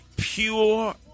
Pure